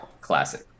Classic